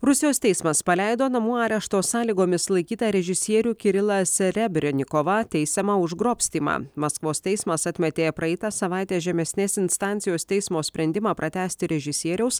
rusijos teismas paleido namų arešto sąlygomis laikytą režisierių kirilą serebrenikovą teisiamą už grobstymą maskvos teismas atmetė praeitą savaitę žemesnės instancijos teismo sprendimą pratęsti režisieriaus